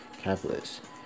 capitalist